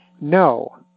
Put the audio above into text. No